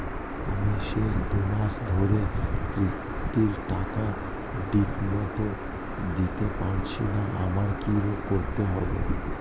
আমি শেষ দুমাস ধরে কিস্তির টাকা ঠিকমতো দিতে পারছিনা আমার কি করতে হবে?